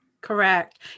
Correct